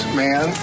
man